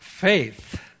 faith